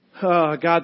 God